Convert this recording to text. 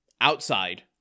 outside